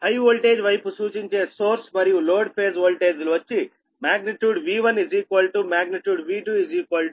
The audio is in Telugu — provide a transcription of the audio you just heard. హై వోల్టేజ్ వైపు సూచించే సోర్స్ మరియు లోడ్ ఫేజ్ ఓల్టేజ్ లు వచ్చి మాగ్నిట్యూడ్ |V1 | మాగ్నిట్యూడ్ |V2 | 2203